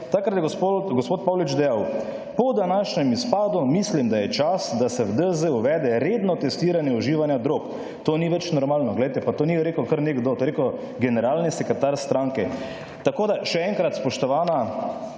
Takrat je gospod Pavlič dejal: po današnjem izpadu mislim, da je čas, da se v DZ uvede redno testiranje uživanja drog. To ni več normalno. Glejte, pa to ni rekel kar nekdo, to je rekel generalni sekretar stranke. Tako da, še enkrat, spoštovana,